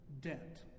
debt